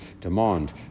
demand